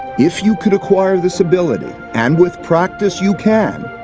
if you could acquire this ability, and with practice you can,